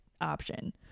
option